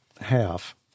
half